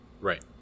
Right